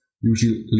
usually